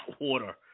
water